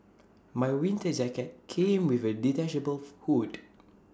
my winter jacket came with A detachable hood